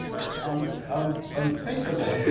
it's um um unthinkable. yeah